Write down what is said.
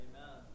Amen